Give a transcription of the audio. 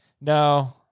No